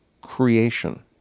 creation